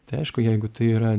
tai aišku jeigu tai yra